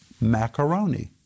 macaroni